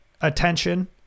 attention